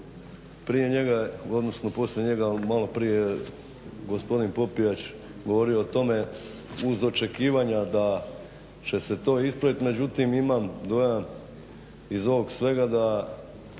poslije njega odnosno malo poslije njega gospodin Popijač govorio o tome uz očekivanja da će se to ispraviti međutim imam dojam iz ovog svega da